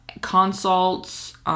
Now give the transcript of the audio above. Consults